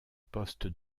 poste